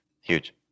Huge